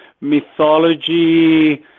mythology